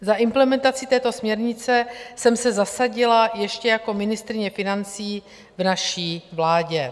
Za implementaci této směrnice jsem se zasadila ještě jako ministryně financí v naší vládě.